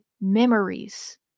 memories